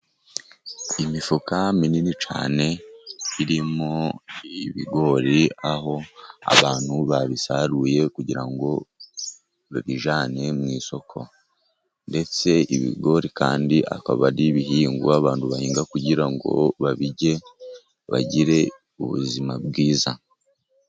Imifuka minini cyane zirimo ibigori aho abantu babisaruye kugira ngo babije mu isoko, ndetse ibigori kandi akaba ari ibihingwa abantu bahinga kugira ngo babirye bagire ubuzima bwiza.